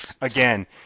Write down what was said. again